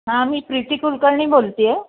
हां मी प्रीती कुलकर्णी बोलते आहे